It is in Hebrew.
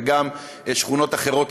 וגם שכונות אחרות,